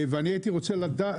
ואני הייתי רוצה לגעת,